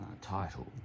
Title